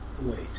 Wait